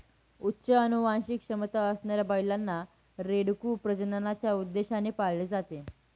उच्च अनुवांशिक क्षमता असणाऱ्या बैलांना, रेडकू प्रजननाच्या उद्देशाने पाळले जाते